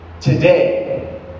Today